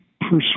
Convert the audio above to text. persuade